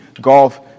golf